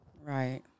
Right